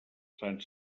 sant